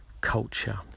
culture